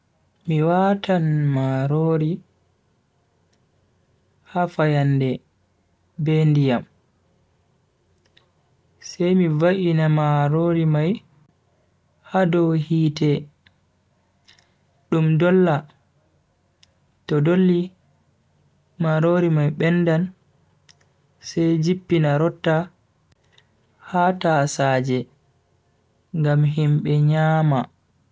Mi watan marori ha fayande be ndiyam, sai mi va'ina marori mai ha dow hite dum dolla. to dolli marori mai bendan sai jippina rotta ha tasaaje ngam himbe nyama.